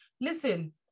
listen